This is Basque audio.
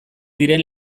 diren